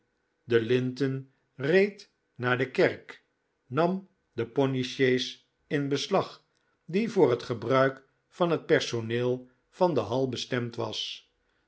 de linten reed naar de kerk nam de pony sjees in beslag die voor het gebruik van het personeel van de hall bestemd was